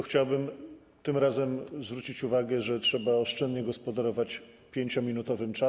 Chciałbym tym razem zwrócić uwagę, że trzeba oszczędnie gospodarować 5-minutowym limitem.